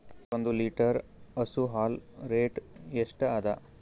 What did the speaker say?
ಒಂದ್ ಲೀಟರ್ ಹಸು ಹಾಲ್ ರೇಟ್ ಎಷ್ಟ ಅದ?